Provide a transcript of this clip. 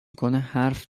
کنه، حرف